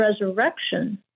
resurrection